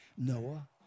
Noah